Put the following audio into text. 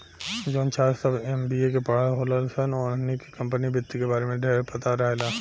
जवन छात्र सभ एम.बी.ए के पढ़ल होलन सन ओहनी के कम्पनी वित्त के बारे में ढेरपता रहेला